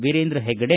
Virendra Heggade